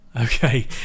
Okay